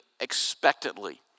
expectantly